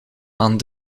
aan